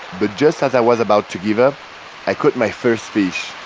but just as i was about to give up i cought my first fish.